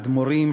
אדמו"רים,